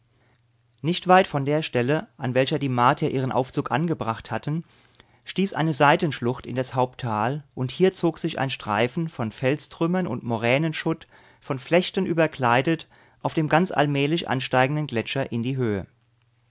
nicht weit von der stelle an welcher die martier ihren aufzug angebracht hatten stieß eine seitenschlucht in das haupttal und hier zog sich ein streifen von felstrümmern und moränenschutt von flechten überkleidet auf dem ganz allmählich ansteigenden gletscher in die höhe